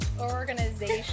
Organization